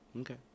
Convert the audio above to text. Okay